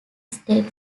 state